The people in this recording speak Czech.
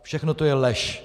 Všechno to je lež!